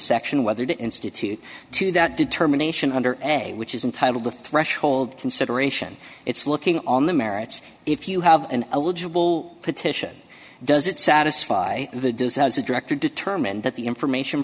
section whether to institute to that determination under a which is entitled the threshold consideration it's looking on the merits if you have an eligible petition does it satisfy the deuce has a director determined that the information